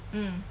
mm